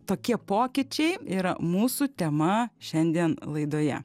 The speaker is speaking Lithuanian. tokie pokyčiai yra mūsų tema šiandien laidoje